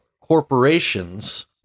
corporations